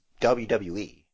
WWE